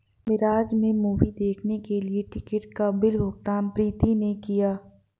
मिराज में मूवी देखने के लिए टिकट का बिल भुगतान प्रीति ने किया